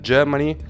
Germany